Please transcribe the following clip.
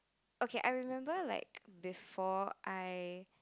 okay I remember like before I